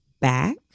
back